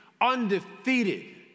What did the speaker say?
undefeated